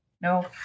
No